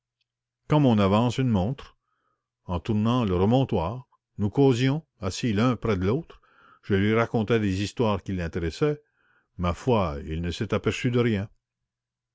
comme on avance une montre en tournant le remontoir nous causions assis l'un près de l'autre je lui racontais des histoires qui l'intéressaient ma foi il ne s'est aperçu de rien